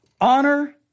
honor